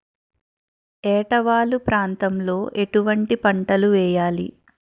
ఏటా వాలు ప్రాంతం లో ఎటువంటి పంటలు వేయాలి?